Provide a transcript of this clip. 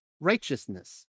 righteousness